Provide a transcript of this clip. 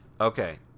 Okay